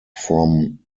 from